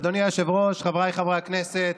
אדוני היושב-ראש, חבריי חברי הכנסת,